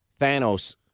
Thanos